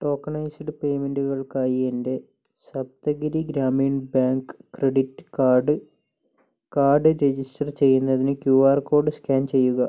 tokenised പേയ്മെൻറ്റുകൾക്കായി എൻ്റെ Saptagiri Grameen bank credit card card register ചെയ്യുന്നതിന് ക്യു ആർ കോഡ് സ്കാൻ ചെയ്യുക